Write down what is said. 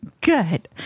Good